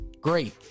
Great